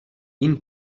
این